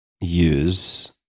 use